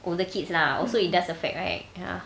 older kids lah also it does affect right ya